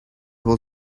will